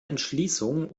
entschließung